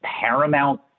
paramount